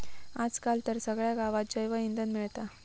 आज काल तर सगळ्या गावात जैवइंधन मिळता